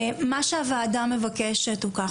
מה שהוועדה מבקשת הוא כך,